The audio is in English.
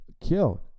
killed